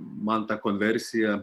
man ta konversija